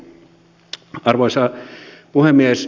arvoisa puhemies